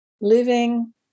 living